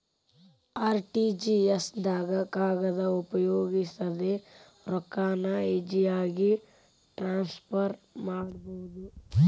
RTGS ದಾಗ ಕಾಗದ ಉಪಯೋಗಿಸದೆ ರೊಕ್ಕಾನ ಈಜಿಯಾಗಿ ಟ್ರಾನ್ಸ್ಫರ್ ಮಾಡಬೋದು